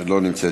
לא נמצאת,